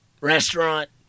restaurant